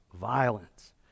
violence